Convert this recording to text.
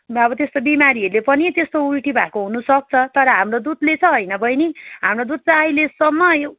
वा अब त्यस्तो बिमारीहरूले पनि त्यस्तो उल्टी भएको हुनुसक्छ तर हाम्रो दुधले चैाहिँ होइन बैनी हाम्रो दुध चाहिँ अहिलेसम्म